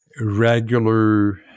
regular